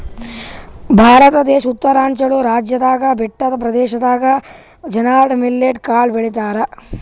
ಭಾರತ ದೇಶ್ ಉತ್ತರಾಂಚಲ್ ರಾಜ್ಯದಾಗ್ ಬೆಟ್ಟದ್ ಪ್ರದೇಶದಾಗ್ ಬರ್ನ್ಯಾರ್ಡ್ ಮಿಲ್ಲೆಟ್ ಕಾಳ್ ಬೆಳಿತಾರ್